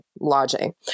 lodging